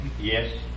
yes